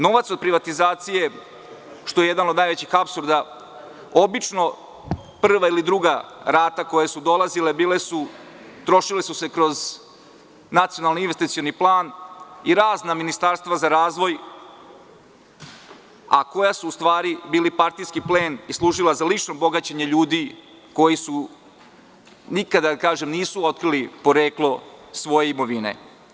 Novac od privatizacije, što je jedan od najvećih apsurda, obično prva ili druga rata koje su dolazile trošile su se kroz nacionalni investicioni plan i razna ministarstva za razvoj, a koje su u stvari bila partijski plen i služile za lično bogaćenje ljudi koji nikada nisu otkrili poreklo svoje imovine.